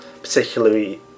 particularly